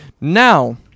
now